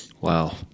Wow